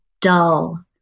dull